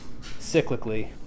cyclically